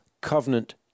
covenant